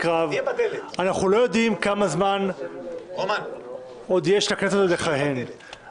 רב כמה זמן עוד יש לכנסת הזו עוד לכהן,